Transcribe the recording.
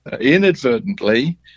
inadvertently